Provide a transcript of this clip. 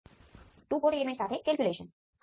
આ લેશનમાં જ્યારે આપણી પાસે સર્કિટમાં કંટ્રોલ સોર્સ હશે